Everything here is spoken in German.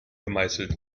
gemeißelt